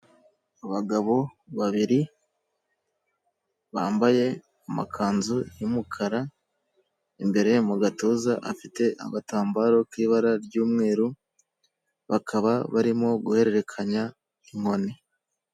Abagabo babiri bambaye amakanzu yumukara imbere mu gatuza afite agatambaro k'ibara ry'umweru bakaba barimo guhererekanya inkoni .